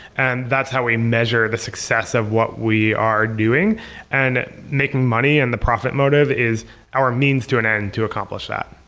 and that's how we measure the success of what we are doing and making money and the profit motive is our means to an end to accomplish that